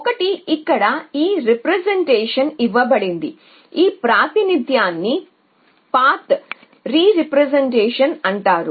ఒకటి ఈ రీప్రెజెంటేషన్ ఇవ్వబడింది మరియు ఈ ప్రాతినిధ్యాన్ని పాత్ రీ ప్రెజెంటేషన్ అంటారు